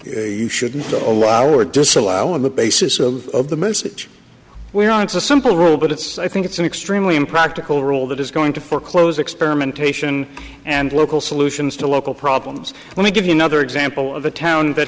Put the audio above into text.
you shouldn't to allow or disallow on the basis of the message we're on it's a simple rule but it's i think it's an extremely impractical rule that is going to foreclose experimentation and local solutions to local problems let me give you another example of a town that